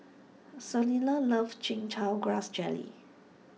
Selina loves Chin Chow Grass Jelly